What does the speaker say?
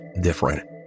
different